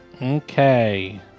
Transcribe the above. Okay